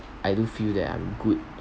I do feel that I'm good